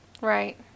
Right